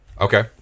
Okay